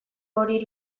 hori